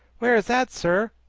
where is that sir?